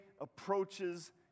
approaches